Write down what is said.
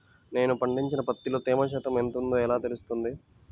నేను పండించిన పత్తిలో తేమ శాతం ఎంత ఉందో ఎలా తెలుస్తుంది?